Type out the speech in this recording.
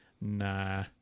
nah